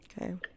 okay